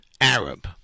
Arab